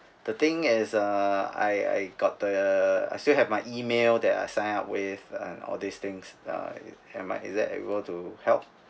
the thing is uh I I got the I still have my email that I sign up with and all these things am I is that able to help